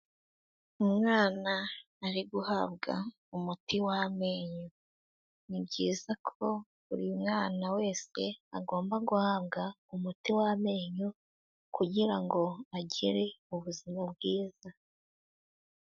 Umwana ari guhabwa umuti w'amenyo, ni byiza ko buri mwana wese agomba guhabwa umuti w'amenyo kugira ngo agire ubuzima bwiza.